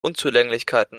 unzulänglichkeiten